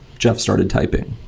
jeff started typing,